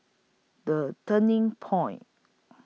The Turning Point